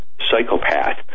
psychopath